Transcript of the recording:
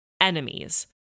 enemies